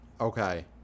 Okay